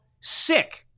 sick